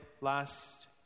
last